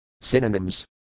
Synonyms